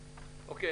אוקיי.